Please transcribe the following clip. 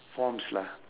forms lah